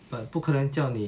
but 不可能叫你